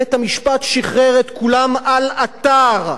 בית-המשפט שחרר את כולם על אתר.